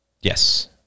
Yes